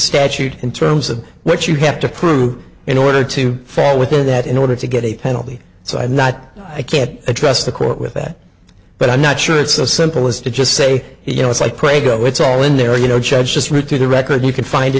statute in terms of what you have to prove in order to fall within that in order to get a penalty so i'm not i can't trust the court with that but i'm not sure it's so simple as to just say you know it's like prego it's all in there you know just move to the record you can find it